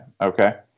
Okay